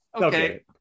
Okay